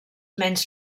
menys